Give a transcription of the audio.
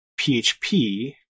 PHP